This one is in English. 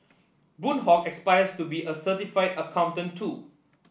Boon Hock aspires to be a certified accountant too